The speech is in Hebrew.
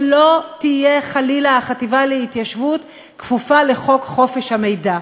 שלא תהיה חלילה החטיבה להתיישבות כפופה לחוק חופש המידע.